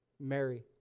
Mary